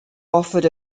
offered